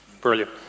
Brilliant